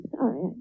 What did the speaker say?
sorry